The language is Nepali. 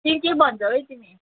कि के भन्छौ है तिमी